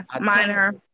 minor